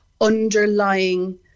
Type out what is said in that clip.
underlying